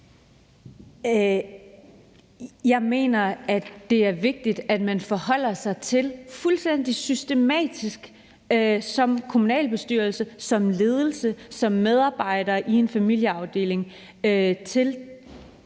Jeg mener, at det er vigtigt, at man forholder sig fuldstændig systematisk som kommunalbestyrelse, som ledelse, som medarbejder i en familieafdeling